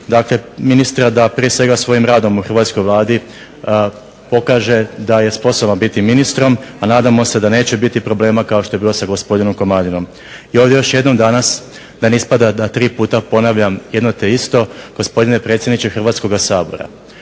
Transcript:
dakle ministra da prije svega svojim radom u hrvatskoj Vladi pokaže da je sposoban biti ministrom, a nadamo se da neće biti problema kao što je bilo sa gospodinom Komadinom. I ovdje još jednom danas da ne ispada da tri puta ponavljam jedno te isto. Gospodine predsjedniče Hrvatskoga sabora,